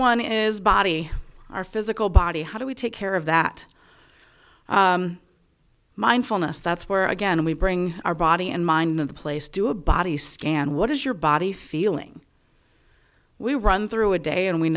one is body our physical body how do we take care of that mindfulness that's where again we bring our body and mind in the place do a body scan what is your body feeling we run through a day and we